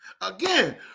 Again